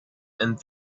and